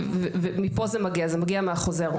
מכאן זה מגיע, זה מגיע מהחוזר.